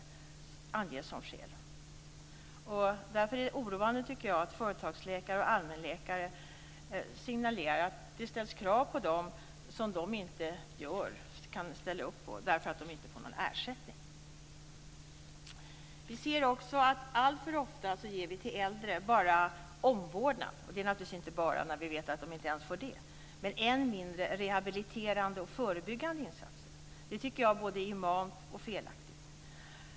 Jag tycker att det är oroande att företagsläkare och allmänläkare signalerar att det ställs krav på dem som de inte kan ställa upp på därför att de inte får någon ersättning. Vi ser alltför ofta att äldre bara ges omvårdnad. Det är naturligtvis inte fråga om bara, när vi vet att de inte ens får det. Men än mindre får de rehabiliterande och förebyggande insatser. Det tycker jag är både inhumant och felaktigt.